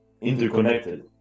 interconnected